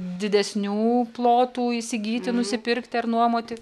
didesnių plotų įsigyti nusipirkti ar nuomoti